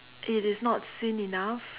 it is not seen enough